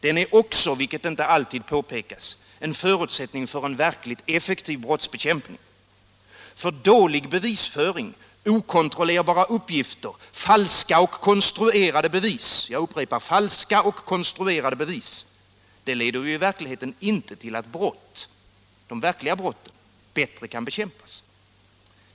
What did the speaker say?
Den är också Nr 49 —- vilket inte alltid påpekas — en förutsättning för en verkligt effektiv brottsbekämpning. Dålig bevisföring, okontrollerbara uppgifter samt falska och konstruerade bevis leder ju i verkligheten inte till att brott kan. I bättre bekämpas.